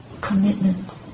commitment